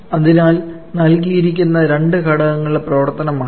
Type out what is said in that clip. അതിനാൽ നൽകിയിരിക്കുന്ന രണ്ട് ഘടകങ്ങളുടെ പ്രവർത്തനമാണിത്